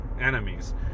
enemies